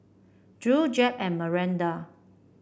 Drew Jep and Maranda